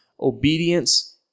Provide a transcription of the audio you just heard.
obedience